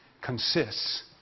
consists